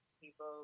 people